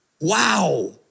wow